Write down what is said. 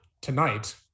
tonight